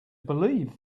believe